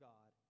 God